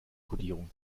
kodierung